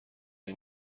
لای